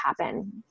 happen